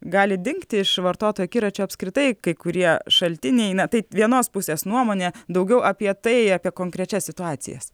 gali dingti iš vartotojų akiračio apskritai kai kurie šaltiniai na tai vienos pusės nuomonė daugiau apie tai apie konkrečias situacijas